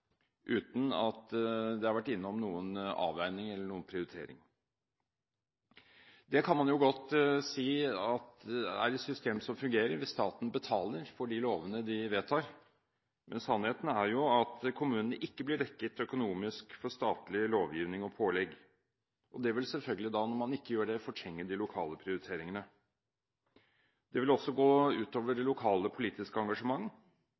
uten at det har vært innom noen avveining eller prioritering. Man kan godt si det er et system som fungerer, hvis staten betaler for de lovene som vedtas, men sannheten er at kommunene ikke blir dekket økonomisk for statlig lovgivning og pålegg. Det vil selvfølgelig – når man ikke gjør det – fortrenge de lokale prioriteringene. Det vil også gå ut over det lokale politiske engasjement